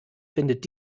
findet